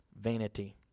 vanity